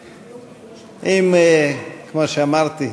אם, כמו שאמרתי,